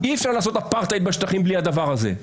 אי-אפשר לעשות אפרטהייד בשטחים בלי הדבר הזה.